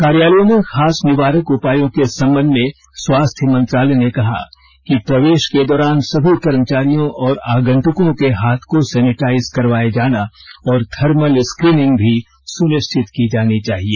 कार्यालयों में खास निवारक उपायों के संबंध में स्वास्थ्य मंत्रालय ने कहा कि प्रवेश के दौरान सभी कर्मचारियों और आगंतुकों के हाथ को सेनिटाइज करवाया जाना और थर्मल स्क्रीनिंग भी सुनिश्चित की जानी चाहिए